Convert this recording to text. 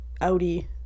Audi